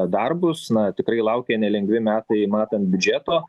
darbus na tikrai laukia nelengvi metai matant biudžeto